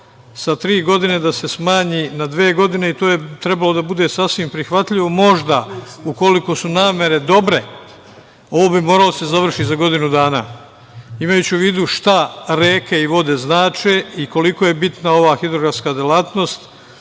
sa tri godine da se smanji na dve godine i to je trebalo da bude sasvim prihvatljivo, možda ukoliko su namere dobre, ovo bi moralo da se završi za godinu dana. Imajući u vidu šta reke i vode znače i koliko je bitna ova hidrografska delatnost,